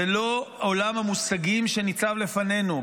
זה לא עולם המושגים שניצב לפנינו.